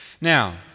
Now